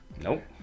nope